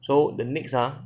so the next ah